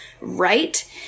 right